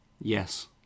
Yes